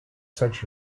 such